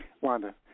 Wanda